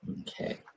Okay